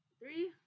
three